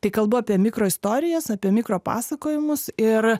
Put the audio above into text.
tai kalba apie mikro istorijas apie mikro pasakojimus ir